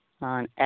on